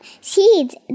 seeds